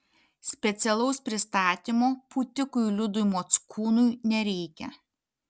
specialaus pristatymo pūtikui liudui mockūnui nereikia